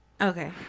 okay